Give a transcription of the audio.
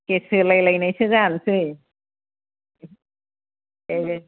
case होलायलायनायसो जानोसै